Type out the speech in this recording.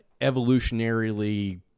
evolutionarily